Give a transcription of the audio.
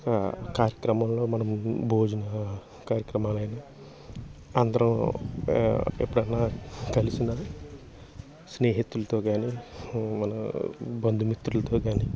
కార్యక్రమంలో మనం భోజన కార్యక్రమాలైనా అందరం ఎప్పుడైనా కలిసినా స్నేహితులతో కానీ మన బంధుమిత్రులతో కానీ